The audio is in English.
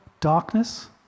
darkness